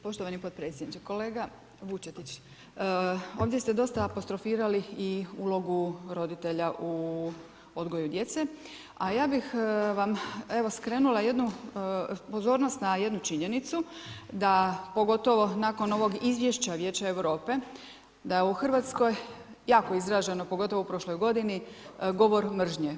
Poštovani potpredsjedniče, kolega Vučetić, ovdje ste dosta apostrofirali i ulogu roditelja u odgoju djece, a ja bih vam skrenula jednu pozornost na jednu činjenicu, da pogotovo nakon ovog izvješća Vijeća Europe, da u Hrvatskoj, jako izraženo, pogotovo u prošloj godini, govor mržnje.